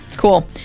Cool